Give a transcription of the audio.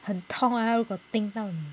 很痛啊如果丁到你